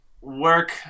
work